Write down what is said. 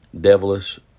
devilish